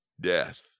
death